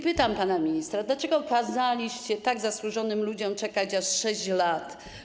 Pytam pana ministra: Dlaczego kazaliście tak zasłużonym ludziom czekać aż 6 lat?